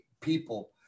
people